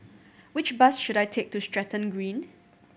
which bus should I take to Stratton Green